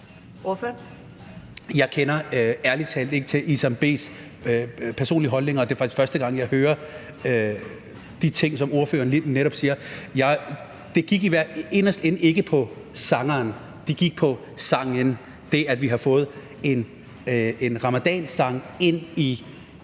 Jeg kender ærlig talt ikke til Isam B's personlige holdninger, og det er faktisk første gang, jeg hører de ting, som ordføreren netop har sagt. Det gik dybest set ikke på sangeren, det gik på sangen, altså det, at vi har fået en ramadansang ind i